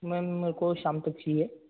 ma'am मेरे को शाम तक चाहिए